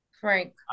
Frank